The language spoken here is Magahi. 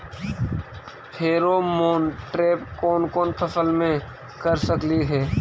फेरोमोन ट्रैप कोन कोन फसल मे कर सकली हे?